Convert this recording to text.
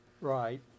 Right